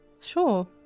Sure